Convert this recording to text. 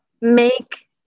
make